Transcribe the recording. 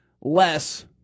less